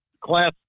class